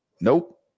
Nope